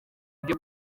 buryo